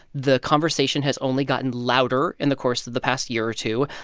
the conversation has only gotten louder in the course of the past year or two.